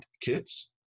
kits